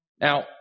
Now